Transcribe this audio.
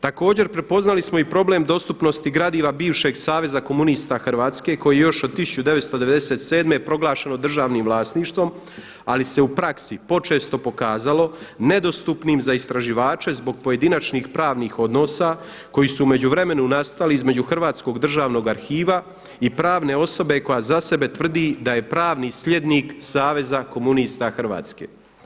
Također prepoznali smo i problem dostupnosti gradiva bivšeg Saveza komunista Hrvatske koji je još od 1997. proglašeno državnim vlasništvom, ali se u praksi počesto pokazalo nedostupnim za istraživače zbog pojedinačnih pravnih odnosa koji su u međuvremenu nastali između Hrvatskog državnog arhiva i pravne osobe koja za sebe tvrdi da je pravni slijednik Saveza komunista Hrvatske.